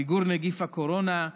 במיגור נגיף הקורונה,